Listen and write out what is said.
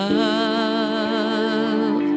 love